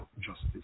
justice